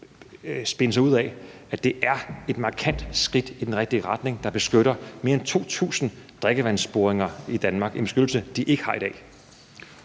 spinne sig ud af, at det er et markant skridt i den rigtige retning, der beskytter mere end 2.000 drikkevandsboringer i Danmark, altså en beskyttelse, de ikke har i dag.